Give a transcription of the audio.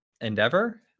endeavor